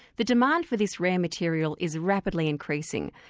the demand for this rare material is rapidly increasing,